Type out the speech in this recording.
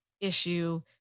issue